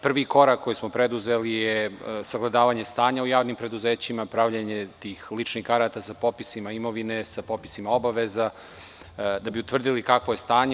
Prvi korak koji smo preduzeli je sagledavanje stanja u javnim preduzećima, pravljenje tih ličnih karata za popis imovine, obaveza da bi utvrdili kakvo je stanje.